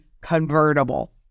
convertible